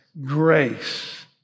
grace